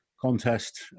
contest